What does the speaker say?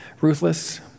ruthless